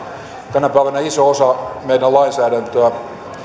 tänä päivänä iso osa meidän lainsäädäntöämme